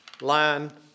line